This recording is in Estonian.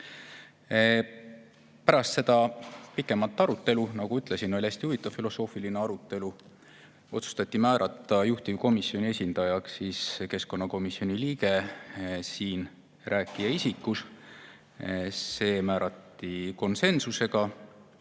Pärast pikemat arutelu – nagu ütlesin, oli hästi huvitav filosoofiline arutelu – otsustati määrata juhtivkomisjoni esindajaks keskkonnakomisjoni liige siinrääkija isikus. See määrati konsensusega.